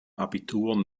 abitur